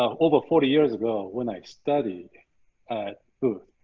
ah over forty years ago, when i studied at booth,